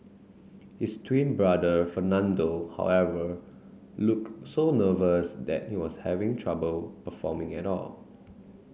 his twin brother Fernando however looked so nervous that he was having trouble performing at all